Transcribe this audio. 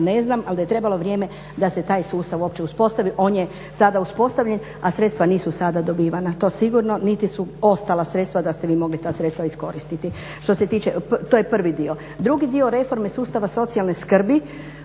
ne znam, ali da je trebalo vrijeme da se taj sustav uopće uspostavi. On je sada uspostavljen, a sredstva nisu sada dobivana. To sigurno, niti su ostala sredstva da ste vi mogli ta sredstva iskoristiti. Što se tiče, to je prvi dio. Drugi dio reforme sustava socijalne skrbi